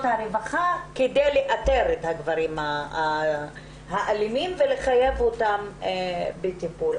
הרווחה כדי לאתר את הגברים האלימים ולחייב אותם בטיפול.